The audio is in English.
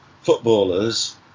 footballers